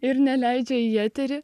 ir neleidžia į eterį